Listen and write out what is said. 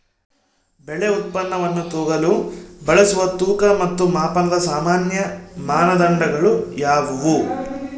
ಬೆಳೆ ಉತ್ಪನ್ನವನ್ನು ತೂಗಲು ಬಳಸುವ ತೂಕ ಮತ್ತು ಮಾಪನದ ಸಾಮಾನ್ಯ ಮಾನದಂಡಗಳು ಯಾವುವು?